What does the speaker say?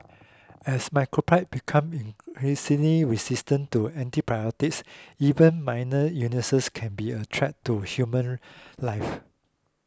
as microbes become increasingly resistant to antibiotics even minor illnesses can be a threat to human life